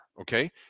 Okay